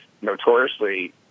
notoriously